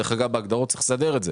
דרך אגב, בהגדרות צריך לסדר את זה.